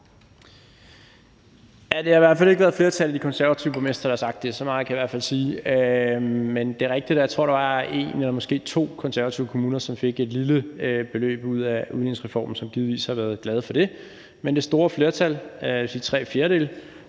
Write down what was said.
det har i hvert fald ikke været flertallet af de konservative borgmestre, der har sagt det. Så meget kan jeg i hvert fald sige. Men det er rigtigt, at jeg tror, der var en eller måske to konservative kommuner, som fik et lille beløb ud af udligningsreformen, og som givetvis har været glade for det. Men det store flertal, jeg vil sige tre fjerdedele,